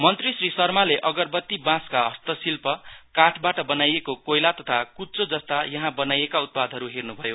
मन्त्री श्री शर्माले अगरबत्ती बाँसका हस्तशिल्प काठबाट बनाएको कोइला तथा कुच्चो जस्ता यहाँ बनाईएका उत्पादहरू हेर्नुभयो